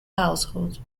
household